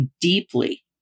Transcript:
deeply